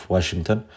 Washington